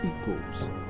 equals